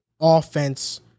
offense